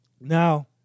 Now